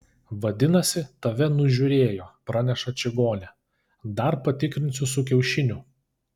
vadinasi tave nužiūrėjo praneša čigonė dar patikrinsiu su kiaušiniu